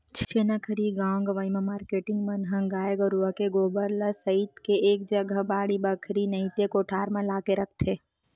छेना खरही गाँव गंवई म मारकेटिंग मन ह गाय गरुवा के गोबर ल सइत के एक जगा बाड़ी बखरी नइते कोठार म लाके रखथे